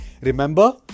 Remember